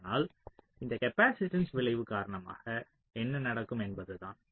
ஆனால் இந்த காப்பாசிட்டன்ஸ் விளைவு காரணமாக என்ன நடக்கும் என்பதுதான்